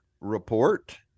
report